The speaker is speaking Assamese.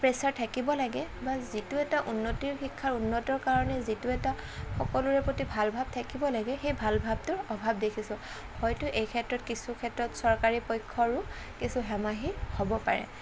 প্ৰেচাৰ থাকিব লাগে বা যিটো এটা উন্নতিৰ শিক্ষা উন্নতৰ কাৰণে যিটো এটা সকলোৰে প্ৰতি ভাল ভাৱ থাকিব লাগে সেই ভাল ভাৱটোৰ অভাৱ দেখিছোঁ হয়তো এই ক্ষেত্ৰত কিছু ক্ষেত্ৰত চৰকাৰী পক্ষৰো কিছু হেমাহি হ'ব পাৰে